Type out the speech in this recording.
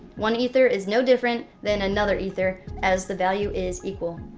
one ether is no different than another ether, as the value is equal.